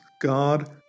God